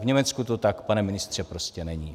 V Německu to tak, pane ministře, prostě není.